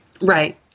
Right